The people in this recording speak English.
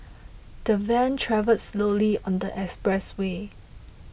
the van travelled slowly on the expressway